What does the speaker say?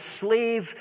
slave